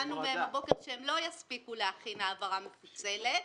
הבנו מהם הבוקר שהם לא יספיקו להכין העברה מפוצלת.